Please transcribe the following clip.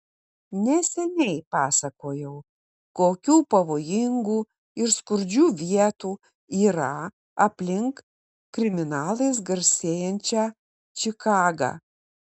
neseniai pasakojau kokių pavojingų ir skurdžių vietų yra aplink kriminalais garsėjančią čikagą